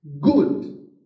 Good